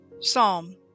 Psalm